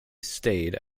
stayed